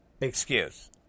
excuse